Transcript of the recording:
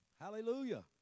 Hallelujah